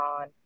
on